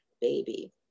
baby